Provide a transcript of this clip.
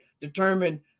determine